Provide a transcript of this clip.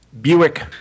Buick